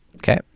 Okay